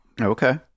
Okay